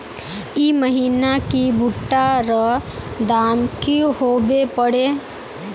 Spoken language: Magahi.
ई महीना की भुट्टा र दाम की होबे परे?